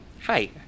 Hi